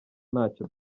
ntacyo